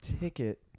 ticket